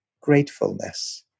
gratefulness